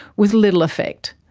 with little effect.